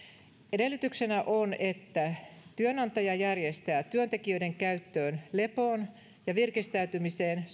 edellytyksenä on että työnantaja järjestää työntekijöiden käyttöön lepoon ja virkistäytymiseen